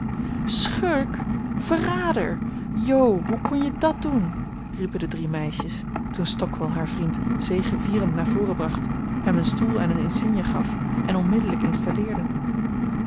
schurk verrader jo hoe kon je dàt doen riepen de drie meisjes toen stockwall haar vriend zegevierend naar voren bracht hem een stoel en een insigne gaf en onmiddellijk installeerde